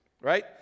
right